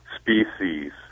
species